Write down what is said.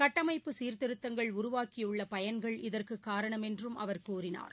கட்டமைப்பு சீர்திருத்தங்கள் உருவாக்கியுள்ள பயன்கள் இதற்கு காரணம் என்றும் அவர் கூறினார்